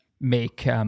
make